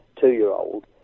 two-year-old